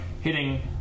hitting